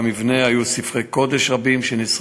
במבנה היו ספרי קודש רבים שנשרפו.